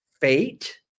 fate